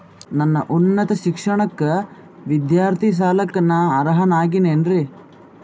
ನನ್ನ ಉನ್ನತ ಶಿಕ್ಷಣಕ್ಕ ವಿದ್ಯಾರ್ಥಿ ಸಾಲಕ್ಕ ನಾ ಅರ್ಹ ಆಗೇನೇನರಿ?